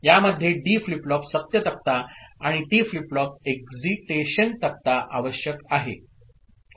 यामध्ये D flip flop सत्य तक्ता आणि टी फ्लिप फ्लॉप एक्जिटेशन तक्ता आवश्यक आहे